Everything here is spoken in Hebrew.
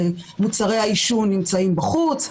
מוצרי העישון נמצאים בחוץ,